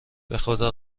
بخدا